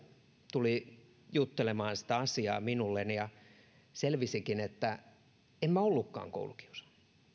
tuli juttelemaan siitä asiasta minulle ja selvisikin että en minä ollutkaan koulukiusaaja